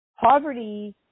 Poverty